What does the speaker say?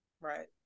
Right